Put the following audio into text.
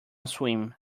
swim